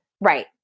Right